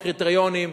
הקריטריונים,